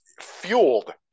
fueled